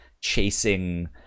chasing